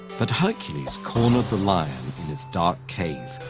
but hercules cornered the lion in its dark cave,